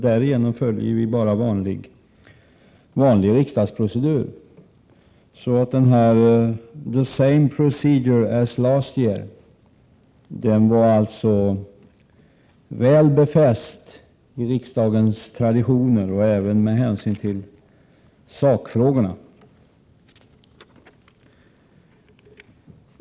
Därigenom följer vi bara vanlig riksdagsprocedur. ”The same procedure as last year” var alltså väl befäst i riksdagens traditioner, och även med hänsyn till sakfrågorna.